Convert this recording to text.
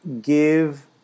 give